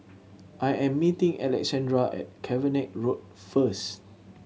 I am meeting Alexandria at Cavenagh Road first